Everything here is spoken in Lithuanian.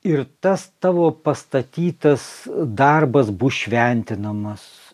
ir tas tavo pastatytas darbas bus šventinamas